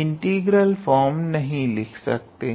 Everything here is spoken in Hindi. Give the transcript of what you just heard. इंटीग्रल फॉर्म नहीं लिख सकते हैं